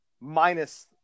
minus